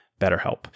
BetterHelp